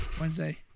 Wednesday